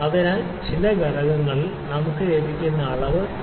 അതിനാൽ ചില ഘട്ടങ്ങളിൽ നമുക്ക് ലഭിക്കുന്ന അളവ് 3